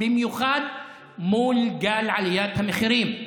במיוחד מול גל עליית המחירים.